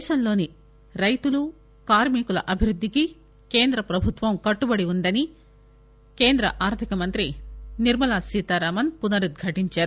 దేశంలోని రైతులు కార్మికుల అభివృద్దికి కేంద్ర ప్రభుత్వం కట్టుబడి వుందని కేంద్ర ఆర్దిక మంత్రి నిర్మలా సీతారామన్ పునరుద్ఘాటించారు